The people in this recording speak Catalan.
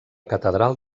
catedral